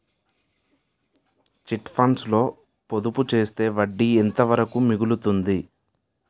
Chit funds లో పొదుపు చేస్తే వడ్డీ ఎంత వరకు మిగులుతుంది?